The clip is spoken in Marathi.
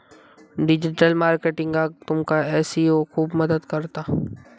डिजीटल मार्केटिंगाक तुमका एस.ई.ओ खूप मदत करता